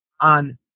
on